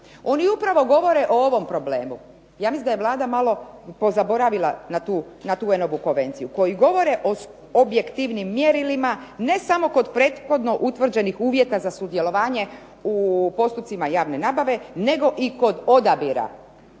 Oni upravo govore o ovom problemu. Ja mislim da je Vlada malo pozaboravila na tu UN-ovu konvenciju koji govore o objektivnim mjerilima ne samo kod prethodno utvrđenih uvjeta za sudjelovanje u postupcima javne nabave nego i kod odabira.